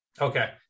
Okay